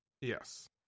Yes